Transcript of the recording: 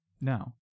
now